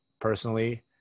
Personally